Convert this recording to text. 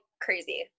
crazy